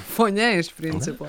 fone iš principo